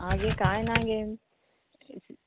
आगे कांय ना गे